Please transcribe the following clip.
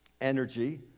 energy